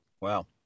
Wow